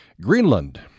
Greenland